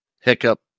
Hiccup